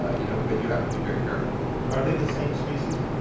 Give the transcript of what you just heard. ah you know but you have to be very careful are they the same species?